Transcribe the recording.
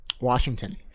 Washington